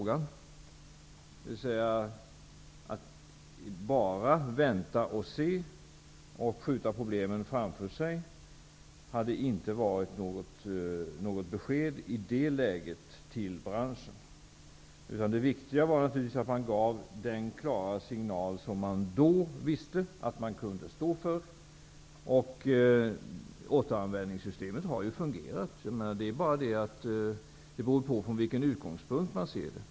Man kunde inte bara vänta och se och skjuta problemen framför sig. Det skulle inte ha utgjort något besked till branschen. Det viktiga var naturligtvis att man gav en klar signal som man då visste att man kunde stå för. Återanvändningssystemet har fungerat. Det beror bara på vilken utgångspunkt man har.